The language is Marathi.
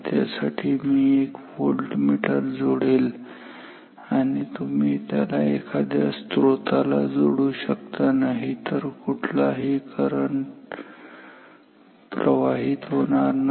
त्यासाठी मी एक व्होल्टमीटर जोडेल आणि तुम्ही त्याला एखाद्या स्त्रोताला जोडू शकता नाहीतर कुठलाही करंट प्रवाहित होणार नाही